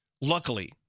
luckily